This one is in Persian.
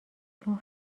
چون